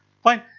fine,